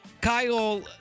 Kyle